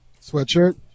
Sweatshirt